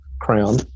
crown